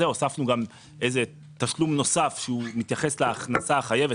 הוספנו עוד תשלום נוסף שמתייחס להכנסה החייבת,